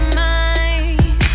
mind